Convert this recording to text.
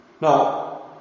Now